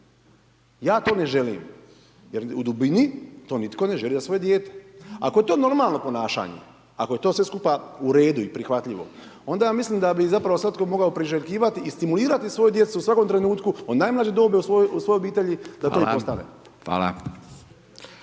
Ja to ne želim, jer u dubini to nitko ne želi za svoje dijete. ako je to normalno ponašanje, ako je to sve skupa u redu i prihvatljivo, onda ja mislim da bi zapravo svatko mogao priželjkivati i stimulirati svoju djecu u svakom trenutku od najmlađe dobi u svojoj obitelji da to i postave.